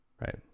Right